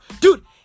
Dude